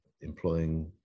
employing